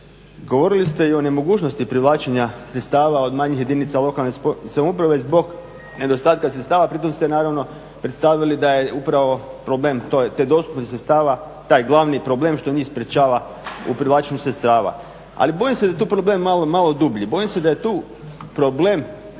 Govorili ste i o nemogućnosti privlačenja sredstava od manjih jedinica lokalne samouprave zbog nedostatka sredstava, pritom ste naravno predstavili da je upravo problem te dostupnosti sredstava, taj glavni problem što njih sprečava u privlačenju sredstava. Ali bojim se da je to problem malo dublji, bojim se da je tu problem